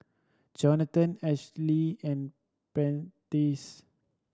Johathan Ashlea and Prentiss